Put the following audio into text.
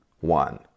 one